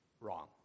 wrong